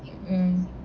mm